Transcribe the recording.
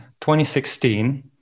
2016